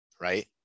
right